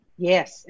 yes